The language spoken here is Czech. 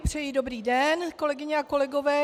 Přeji dobrý den, kolegyně a kolegové.